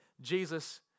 Jesus